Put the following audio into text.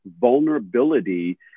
vulnerability